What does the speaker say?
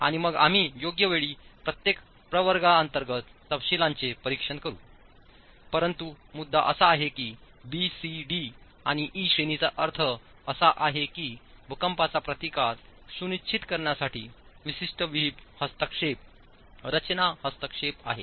आणि मग आम्ही योग्य वेळी प्रत्येक प्रवर्गाअंतर्गत तपशीलांचे परीक्षण करू परंतु मुद्दा असा आहे कि बी सी डी आणि ई श्रेणीचा अर्थ असा आहे की भूकंपाचा प्रतिकार सुनिश्चित करण्यासाठी विशिष्ट विहित हस्तक्षेप रचना हस्तक्षेप आहेत